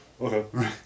Okay